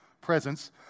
presence